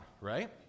right